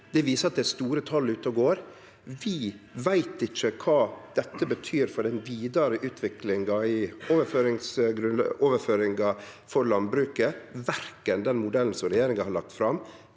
Det viser at det er store tal ute og går. Vi veit ikkje kva dette betyr for den vidare utviklinga i overføringa for landbruket, verken den modellen som regjeringa har lagt fram,